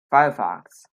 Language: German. firefox